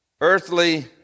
earthly